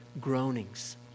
groanings